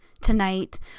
tonight